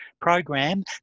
program